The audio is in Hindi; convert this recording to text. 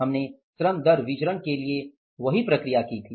हमने श्रम दर विचरण के लिए वही प्रक्रिया की थी